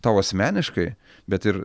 tau asmeniškai bet ir